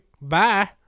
Bye